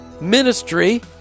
ministry